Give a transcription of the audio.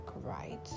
right